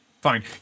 fine